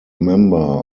member